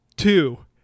Two